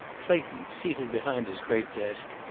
clayton, seated behind his great desk,